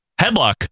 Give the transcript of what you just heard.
headlock